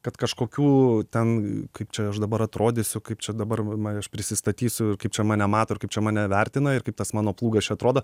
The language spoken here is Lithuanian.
kad kažkokių ten kaip čia aš dabar atrodysiu kaip čia dabar ma aš prisistatysiu ir kaip čia mane mato ir kaip čia mane vertina ir kaip tas mano plūgas čia atrodo